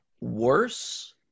worse